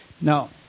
Now